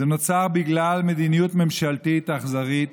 זה נוצר בגלל מדיניות ממשלתית אכזרית.